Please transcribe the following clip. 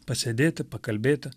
pasėdėti pakalbėti